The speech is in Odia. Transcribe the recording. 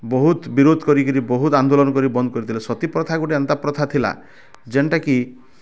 ବହୁତ୍ ବିରୋଧ୍ କରିକିରି ବହୁତ୍ ଆନ୍ଦୋଳନ୍ କରିକି ବନ୍ଦ କରିଦେଲେ ସତୀ ପ୍ରଥା ଗୁଟେ ଏନ୍ତା ପ୍ରଥା ଥିଲା ଯେନ୍ଟା କି